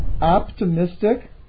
optimistic